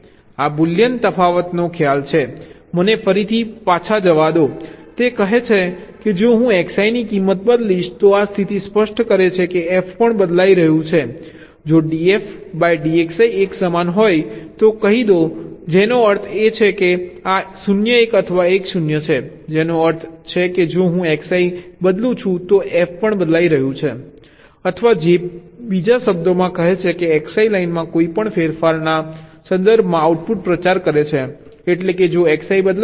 આ બુલિયન તફાવતનો ખ્યાલ છે મને ફરીથી પાછા જવા દો તે કહે છે કે જો હું Xi ની કિંમત બદલીશ તો આ સ્થિતિ સ્પષ્ટ કરે છે કે f પણ બદલાઈ રહ્યું છે જો dfdXi એક સમાન હોય તો કહી દો જેનો અર્થ છે કે આ 0 1 અથવા 1 0 છે જેનો અર્થ છે કે જો હું Xi બદલું છું તો f પણ બદલાઈ રહ્યું છે અથવા જે બીજા શબ્દોમાં કહે છે કે Xi લાઇનમાં કોઈપણ ફેરફાર ફેરફારના સંદર્ભમાં આઉટપુટમાં પ્રચાર કરે છે એટલે કે જો Xi બદલાય છે f પણ બદલાય છે